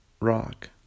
rock